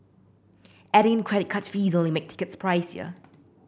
adding in credit card fees only make tickets pricier